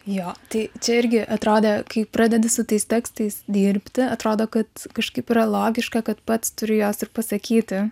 jo tai čia irgi atrodė kai pradedi su tais tekstais dirbti atrodo kad kažkaip yra logiška kad pats turi juos ir pasakyti